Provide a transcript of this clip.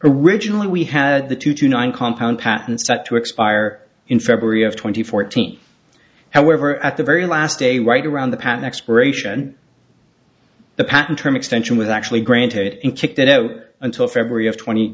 originally we had the two to nine compound patent set to expire in february of twenty fourteen however at the very last day right around the patent expiration the patent term extension with actually granted it and kicked it out until february of twenty